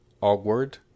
awkward